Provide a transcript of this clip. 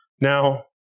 Now